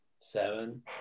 seven